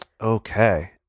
Okay